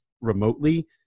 remotely